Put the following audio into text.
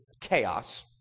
chaos